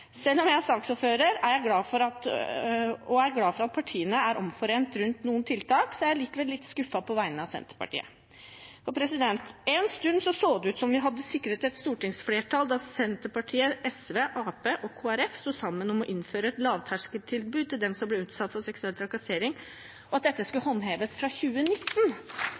Selv om jeg er saksordfører og glad for at partiene er omforent rundt noen tiltak, er jeg noe skuffet på vegne av Senterpartiet. En stund så det ut til at vi hadde sikret et stortingsflertall da Senterpartiet, SV, Arbeiderpartiet og Kristelig Folkeparti sto sammen om å innføre et lavterskeltilbud til dem som blir utsatt for seksuell trakassering, og at dette skulle håndheves fra 2019.